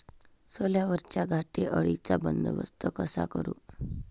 सोल्यावरच्या घाटे अळीचा बंदोबस्त कसा करू?